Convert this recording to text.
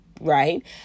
right